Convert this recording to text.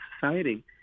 society